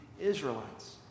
Israelites